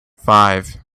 five